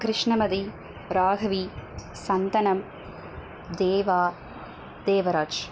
Krishnamathi Raghavi Santhanam Deva Devaraj